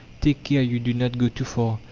take care you do not go too far!